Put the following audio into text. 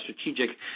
strategic